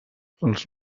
els